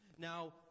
Now